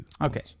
Okay